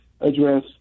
address